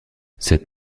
cette